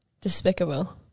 despicable